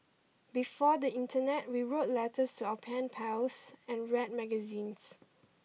before the internet we wrote letters to our pen pals and read magazines